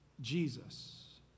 Jesus